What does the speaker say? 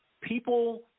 people